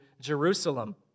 Jerusalem